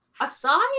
Aside